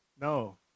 No